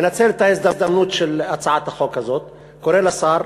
מנצל את ההזדמנות של הצעת החוק הזאת, קורא לשר